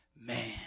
man